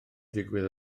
digwydd